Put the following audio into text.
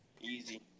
Easy